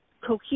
cohesive